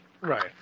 Right